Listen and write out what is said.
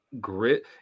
grit